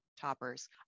toppers